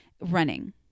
running